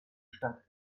statt